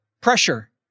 pressure